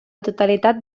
totalitat